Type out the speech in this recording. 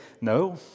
no